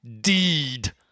Deed